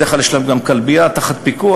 בדרך כלל יש להם גם כלבייה תחת פיקוח.